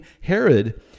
Herod